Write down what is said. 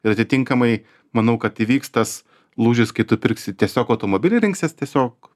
ir atitinkamai manau kad įvyks tas lūžis kai tu pirksi tiesiog automobilį rinksies tiesiog